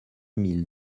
mille